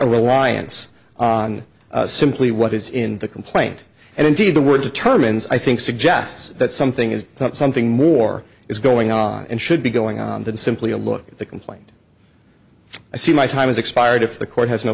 a reliance on simply what is in the complaint and indeed the word determines i think suggests that something is something more is going on and should be going on than simply a look at the complaint i see my time is expired if the court has no